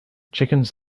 chickens